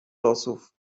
losów